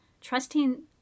trusting